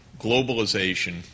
globalization